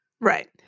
Right